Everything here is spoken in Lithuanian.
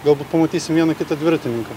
galbūt pamatysim vieną kitą dviratininką